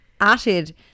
added